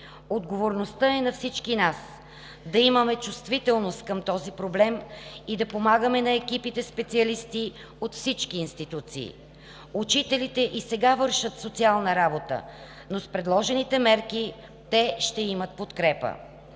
Отговорността е на всички нас – да имаме чувствителност към този проблем и да помагаме на екипите специалисти от всички институции. Учителите и сега вършат социална работа, но с предложените мерки те ще имат подкрепа.